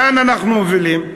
לאן אנחנו מובילים,